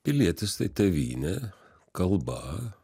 pilietis tai tėvynė kalba